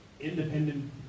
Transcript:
independent